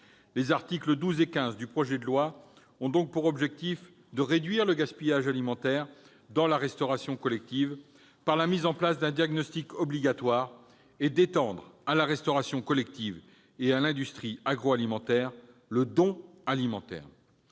Les articles 12 et 15 ont donc pour objectif de réduire le gaspillage alimentaire dans la restauration collective par la mise en place d'un diagnostic obligatoire et d'étendre à la restauration collective et à l'industrie agroalimentaire le don alimentaire.